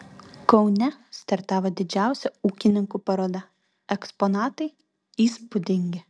kaune startavo didžiausia ūkininkų paroda eksponatai įspūdingi